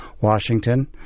Washington